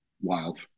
wild